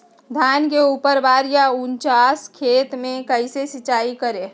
धान के ऊपरवार या उचास खेत मे कैसे सिंचाई करें?